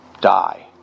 die